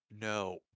No